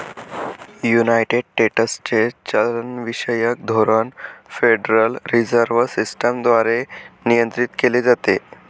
United स्टेट्सचे चलनविषयक धोरण फेडरल रिझर्व्ह सिस्टम द्वारे नियंत्रित केले जाते